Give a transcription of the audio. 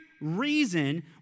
reason